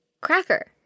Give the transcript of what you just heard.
Cracker